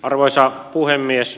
arvoisa puhemies